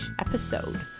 episode